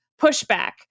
pushback